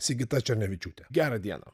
sigita černevičiūtė gerą dieną